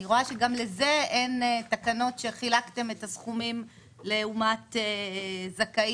אני רואה שגם לזה אין תקנות שחילקתם את הסכומים לעומת זכאים,